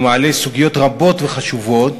והוא מעלה סוגיות רבות וחשובות,